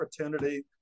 opportunity